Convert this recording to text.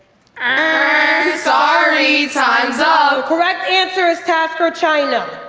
ah sorry, time's up. correct answer is taktser, china.